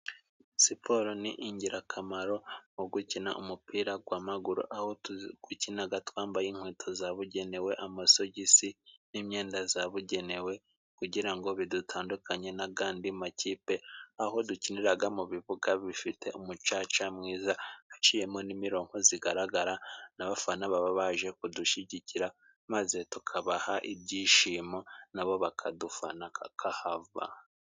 Siporo ni ingirakamaro mu gukina umupira gw'amaguru aho tugukinaga twambaye inkweto zabugenewe, amasogisi n'imyenda zabugenewe, kugira ngo bidutandukanye n'agandi makipe, aho dukiniraga mu bibuga bifite umucaca mwiza, haciyemo n'imironko zigaragara, n'abafana baba baje kudushyigikira, maze tukabaha ibyishimo na bo bakadufana kakahava.